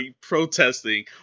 protesting